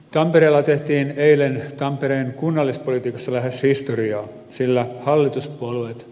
tampereella tehtiin eilen tampereen kunnallispolitiikassa lähes historiaa sillä hallituspuolueet